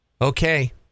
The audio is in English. Okay